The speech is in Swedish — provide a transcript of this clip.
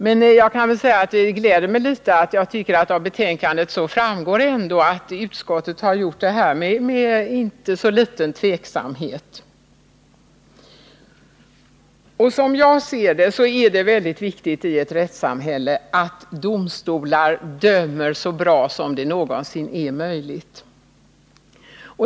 Det glädjer mig ändå litet att det av betänkandet framgår att utskottet tagit ståndpunkt med inte så liten tveksamhet. Som jag ser det är det väldigt viktigt i ett rättssamhälle att domstolar dömer så bra som det någonsin är möjligt.